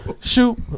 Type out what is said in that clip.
Shoot